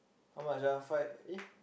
how much ah five eh